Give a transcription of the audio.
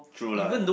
true lah ya